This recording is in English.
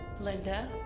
linda